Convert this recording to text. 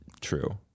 true